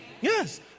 Yes